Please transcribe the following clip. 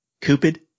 Cupid